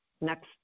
next